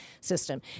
system